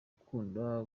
ukunda